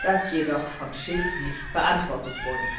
das jedoch vom schiff nicht beantwortet wurde